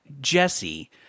Jesse